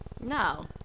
No